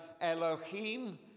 Elohim